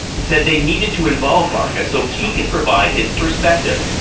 said they needed to involve varga, so he could provide his perspective.